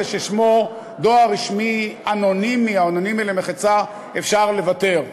ששמו דואר רשמי אנונימי או אנונימי למחצה אפשר לוותר.